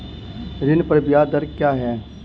ऋण पर ब्याज दर क्या है?